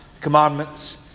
commandments